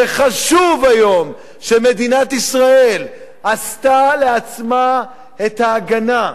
וחשוב שהיום מדינת ישראל עשתה לעצמה את ההגנה,